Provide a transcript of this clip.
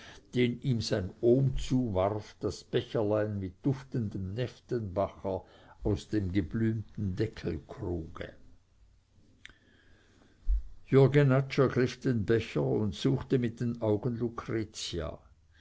den ihm sein ohm zuwarf das becherlein mit duftendem neftenbacher aus dem geblümten deckelkruge jürg jenatsch ergriff den becher und suchte mit den augen lucretia